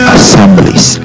Assemblies